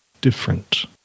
different